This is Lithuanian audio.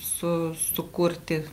su sukurti